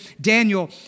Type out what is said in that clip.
Daniel